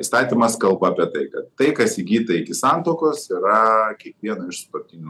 įstatymas kalba apie tai kad tai kas įgyta iki santuokos yra kiekvieno iš sutuoktinių